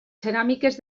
ceràmiques